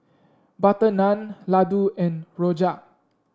butter naan laddu and rojak